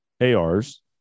ARs